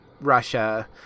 Russia